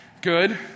good